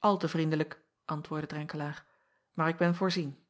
l te vriendelijk antwoordde renkelaer maar ik ben voorzien